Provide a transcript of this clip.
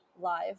live